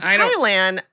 Thailand